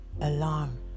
alarm